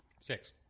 Six